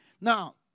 Now